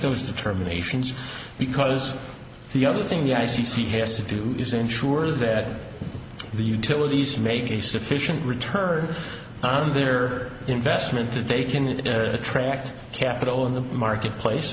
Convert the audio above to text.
those determinations because the other thing the i c c has to do is ensure that the utilities make a sufficient return on their investment that they can attract capital in the market place